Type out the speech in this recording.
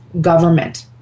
government